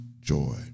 joy